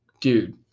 Dude